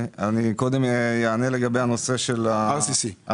אני אענה קודם לנושא ה-RCC.